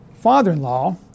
father-in-law